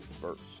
first